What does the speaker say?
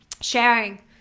Sharing